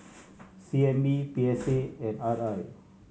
C N B P S A and R I